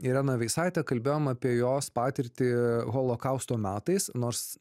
irena veisaite kalbėjom apie jos patirtį holokausto metais nors